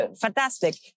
fantastic